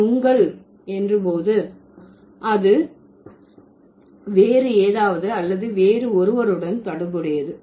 நான் உங்கள் என்று போது அது வேறு ஏதாவது அல்லது வேறு ஒருவருடன் தொடர்புடையது